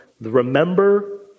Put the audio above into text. remember